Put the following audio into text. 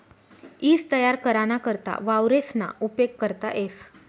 ईज तयार कराना करता वावरेसना उपेग करता येस